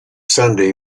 sunday